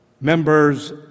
members